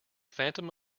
phantom